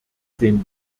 den